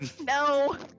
No